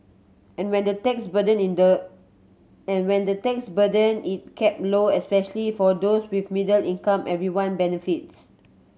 and when the tax burden in the and when the tax burden is kept low especially for those with middle income everyone benefits